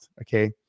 Okay